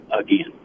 again